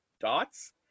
dots